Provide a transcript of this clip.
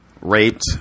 raped